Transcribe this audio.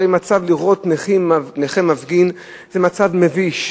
הרי לראות נכה מפגין זה מצב מביש.